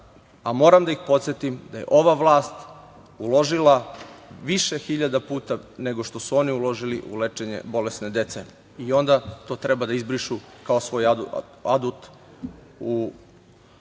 moram da ih podsetim da je ova vlast uložila više hiljada puta nego što su oni uložili u lečenje bolesne dece i onda to treba da izbrišu kao svoj adut u